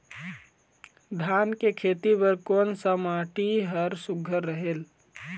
धान के खेती बर कोन सा माटी हर सुघ्घर रहेल?